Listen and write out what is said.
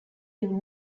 due